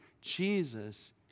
Jesus